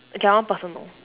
okay I want personal